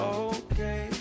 okay